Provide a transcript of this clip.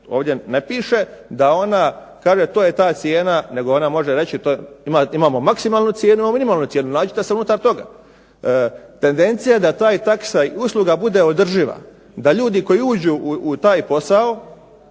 ovdje ne piše da ona, kaže to je ta cijena, nego ona može reći imamo maksimalnu cijenu, imamo minimalnu cijenu, nađite se unutar toga. Tendencija je da ta taksa i usluga bude održiva. Da ljudi koji uđu u taj posao,